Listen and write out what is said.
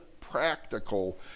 practical